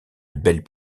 belle